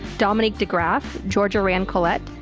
dominique de graaf, georgia ram-collette,